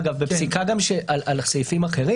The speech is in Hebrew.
אגב, זו גם בפסיקה על סעיפים אחרים.